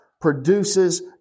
produces